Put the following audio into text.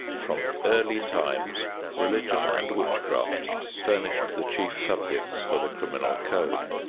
from early times religion and witchcraft furnished the chief subjects for the criminal code.